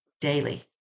daily